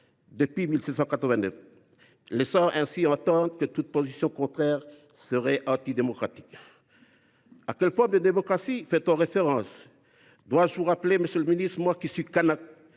depuis 1789 », laissant ainsi entendre que toute position contraire serait antidémocratique. À quelle forme de démocratie fait on référence ? Dois je vous rappeler, monsieur le ministre, moi qui suis Kanak,